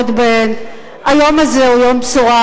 סלימאן.